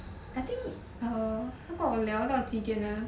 I think err 不懂我聊到几点 ah